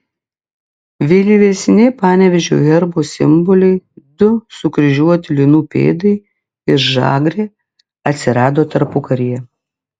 vėlyvesni panevėžio herbo simboliai du sukryžiuoti linų pėdai ir žagrė atsirado tarpukaryje